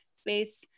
space